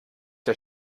der